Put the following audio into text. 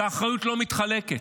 כי האחריות לא מתחלקת,